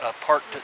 parked